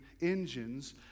engines